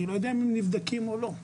אני לא יודע אם הם נבדקים או לא.